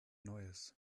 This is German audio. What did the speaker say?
neues